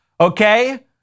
okay